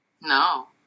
No